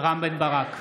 רם בן ברק,